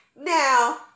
now